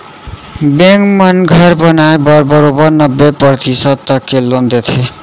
bank मन घर बनाए बर बरोबर नब्बे परतिसत तक के लोन देथे